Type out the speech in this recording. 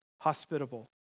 hospitable